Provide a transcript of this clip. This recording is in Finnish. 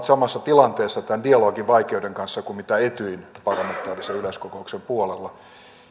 samassa tilanteessa tämän dialogin vaikeuden kanssa kuin etyjin parlamentaarisen yleiskokouksen puolella